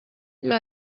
los